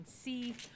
see